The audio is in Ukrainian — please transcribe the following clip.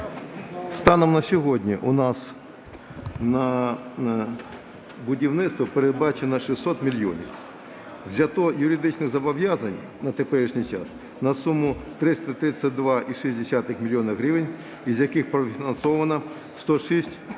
Станом на сьогодні у нас на будівництво передбачено 600 мільйонів. Взято юридичних зобов'язань на теперішній час на суму 332,6 мільйона гривень, із яких профінансовано 106,444